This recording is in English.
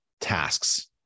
tasks